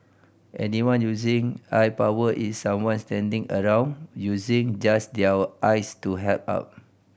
anyone using eye power is someone standing around using just their eyes to help out